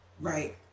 Right